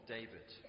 David